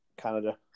Canada